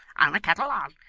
i'm a ket-tle on,